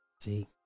see